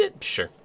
Sure